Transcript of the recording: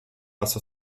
raz